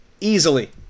Easily